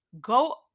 go